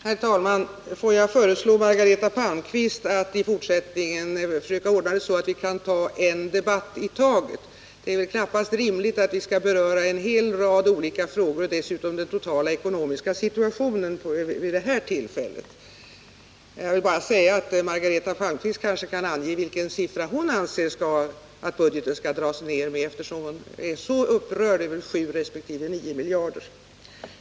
Herr talman! Får jag föreslå Margareta Palmqvist att i fortsättningen försöka ordna det så, att vi kan ta en debatt i taget. Det är väl knappast rimligt att vi vid detta tillfälle skall beröra en hel rad olika frågor och dessutom den totala ekonomiska situationen. Margareta Palmqvist kan kanske ange vilken summa hon anser att budgeten skall dras ned med, eftersom hon är så upprörd över beloppen 7 resp. 9 miljarder.